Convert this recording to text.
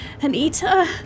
Anita